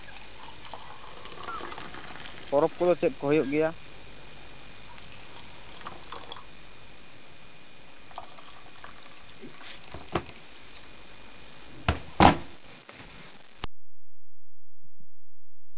ᱯᱚᱨᱚᱵ ᱠᱚᱫᱚ ᱪᱮᱫ ᱠᱚ ᱦᱩᱭᱩᱜ ᱜᱮᱭᱟ